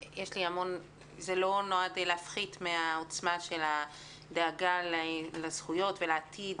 זה לא נועד להפחית מן העוצמה של הדאגה לזכויות ולעתיד